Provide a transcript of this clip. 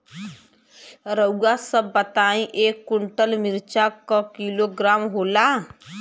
रउआ सभ बताई एक कुन्टल मिर्चा क किलोग्राम होला?